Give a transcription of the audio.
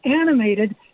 animated